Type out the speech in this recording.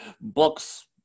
Books